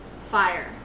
fire